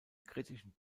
kritischen